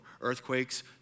earthquakes